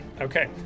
Okay